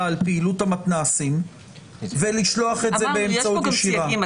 על פעילות המתנ"סים ולשלוח את זה באמצעות- -- יש פה גם סייגים.